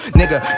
nigga